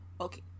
Okay